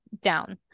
down